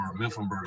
Mifflinburg